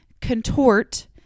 contort